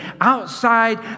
outside